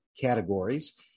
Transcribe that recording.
categories